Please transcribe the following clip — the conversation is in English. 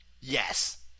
Yes